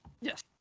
yes